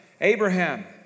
Abraham